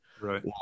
Right